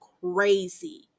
crazy